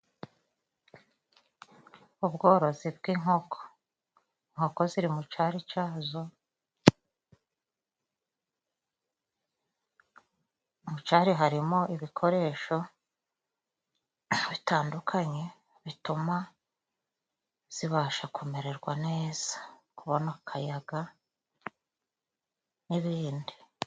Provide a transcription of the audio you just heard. Ubworozi bw'inkoko, inkoko ziri mu cari cazo. Mu cari harimo ibikoresho bitandukanye bituma zibasha kumererwa neza, kubona akayaga n'ibindi.